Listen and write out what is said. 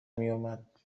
میومد